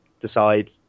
decide